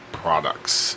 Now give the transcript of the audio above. products